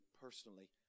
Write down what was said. personally